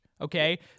okay